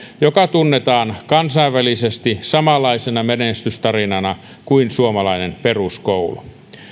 joka tunnetaan kansainvälisesti samanlaisena menestystarinana kuin suomalainen peruskoulu